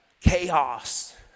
chaos